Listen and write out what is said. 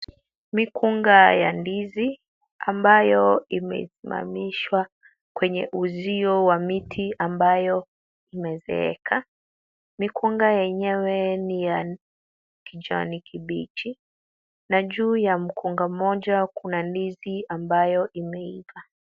Mikunga ya ndizi, ambayo imesimamishwa kwenye uzio wa miti ambayo imezeeka. Mikunga yenyewe ni ya kijani kibichi, na juu ya mkunga mmoja kuna ndizi ambayo imeiva.